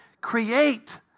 create